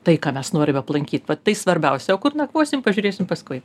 tai ką mes norime aplankyt tai svarbiausia o kur nakvosim pažiūrėsim paskui